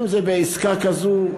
אם בעסקה כזאת,